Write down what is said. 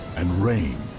and rain